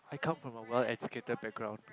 I come from a well educated background